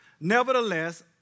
nevertheless